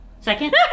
second